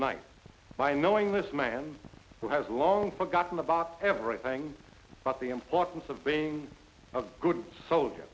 night by knowing this man who has long forgotten the box everything about the importance of being a good soldier